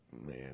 Man